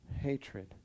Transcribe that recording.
hatred